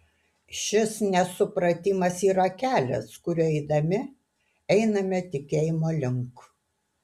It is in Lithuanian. šis nesupratimas yra kelias kuriuo eidami einame tikėjimo link